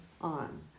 on